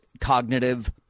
cognitive